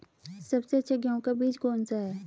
सबसे अच्छा गेहूँ का बीज कौन सा है?